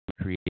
create